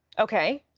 okay.